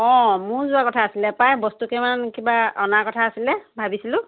অঁ মোৰো যোৱা কথা আছিলে প্ৰায় বস্তু কেইটামান কিবা অনা কথা আছিলে ভাবিছিলোঁ